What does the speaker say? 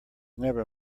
never